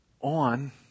on